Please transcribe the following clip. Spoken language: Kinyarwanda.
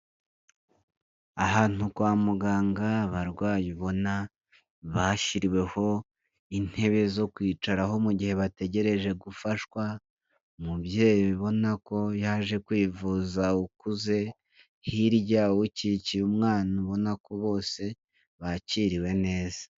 Ahantu kwa muganga barwayi ubona bashyiriweho intebe zo kwicaraho mu gihe bategereje gufashwa, umubyeyi ubona ko yaje kwivuza ukuze, hirya ukikiye umwana ubona ko bose bakiriwe neza.